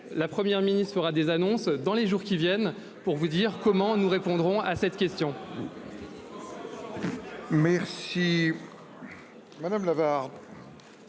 La Première ministre fera des annonces dans les jours qui viennent pour vous dire comment nous répondrons à cette question.